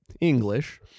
English